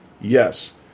Yes